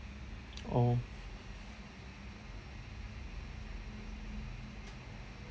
oh oh